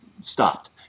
stopped